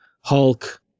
Hulk